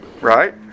right